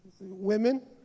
Women